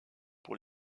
pour